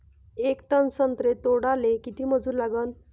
येक टन संत्रे तोडाले किती मजूर लागन?